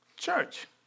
Church